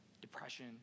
depression